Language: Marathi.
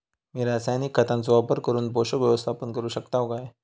मी रासायनिक खतांचो वापर करून पोषक व्यवस्थापन करू शकताव काय?